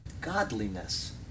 godliness